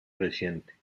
reciente